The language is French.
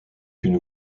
une